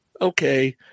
Okay